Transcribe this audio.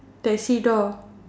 taxi door